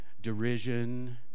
derision